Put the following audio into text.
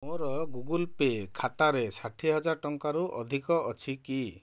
ମୋର Google Pay ଖାତାରେ ଷାଠିଏ ହଜାର ଟଙ୍କାରୁ ଅଧିକ ଅଛି କି